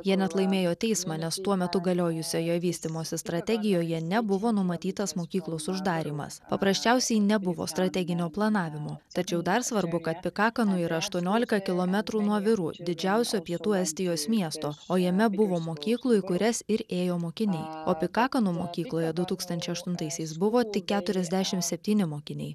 jie net laimėjo teismą nes tuo metu galiojusioje vystymosi strategijoje nebuvo numatytas mokyklos uždarymas paprasčiausiai nebuvo strateginio planavimo tačiau dar svarbu kad pikakanu yra aštuoniolika kilometrų nuo verui didžiausio pietų estijos miesto o jame buvo mokyklų į kurias ir ėjo mokiniai o pikakanu mokykloje du tūkstančiai aštuntaisiais buvo tik keturiasdešim septyni mokiniai